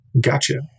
Gotcha